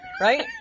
Right